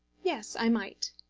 yes i might.